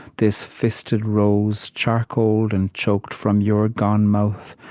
this fisted rose, charcoaled and choked from your gone mouth.